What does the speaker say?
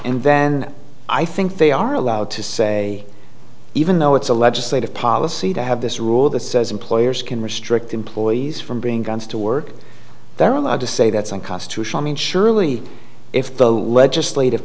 and then i think they are allowed to say even though it's a legislative policy to have this rule that says employers can restrict employees from bring guns to work they're allowed to say that's unconstitutional mean surely if the legislative